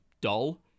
dull